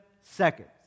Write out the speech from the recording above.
seconds